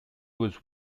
was